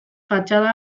fatxada